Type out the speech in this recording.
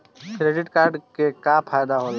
Credit card के का फायदा होला?